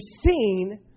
seen